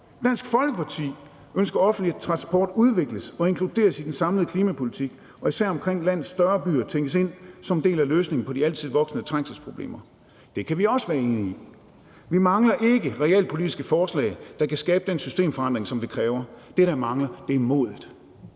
Dansk Folkeparti ønsker, at den offentlige transport udvikles og inkluderes i den samlede klimapolitik, og at den især omkring landets større byer tænkes ind som en del af løsningen på de altid voksende trængselsproblemer. Det kan vi også være enige i. Vi mangler ikke realpolitiske forslag, der kan skabe den systemforandring, som det kræver. Det, der mangler, er modet.